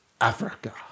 Africa